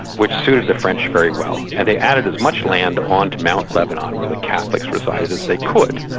which suited the french very well. and they added as much land on to mount lebanon where the catholics resided as they could,